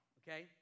okay